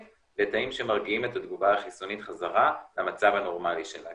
לתאים שמרגיעים את התגובה החיסונית חזרה למצב הנורמלי שלה.